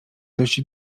dość